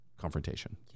confrontation